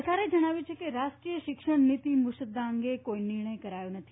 સરકારે જણાવ્યું છે કે રાષ્ટ્રીય શિક્ષણ નીતિ મુસદ્દા અંગે કોઇ નિર્ણય કરાયો નથી